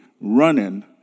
running